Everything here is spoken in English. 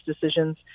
decisions